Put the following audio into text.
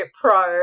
pro